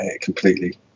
completely